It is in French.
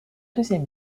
deuxième